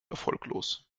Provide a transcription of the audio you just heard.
erfolglos